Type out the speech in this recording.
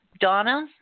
Donna